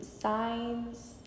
signs